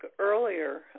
earlier